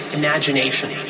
imagination